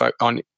on